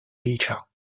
立场